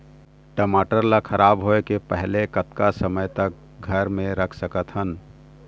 टमाटर ला खराब होय के पहले कतका समय तक घर मे रख सकत हन?